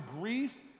grief